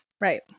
Right